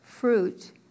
fruit